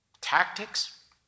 Tactics